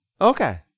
Okay